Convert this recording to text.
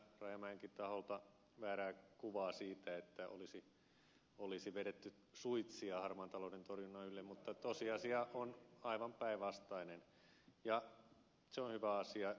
rajamäenkin taholta väärää kuvaa siitä että olisi vedetty suitsia harmaan talouden torjunnan ylle mutta tosiasia on aivan päinvastainen ja se on hyvä asia